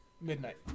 midnight